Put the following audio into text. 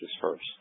first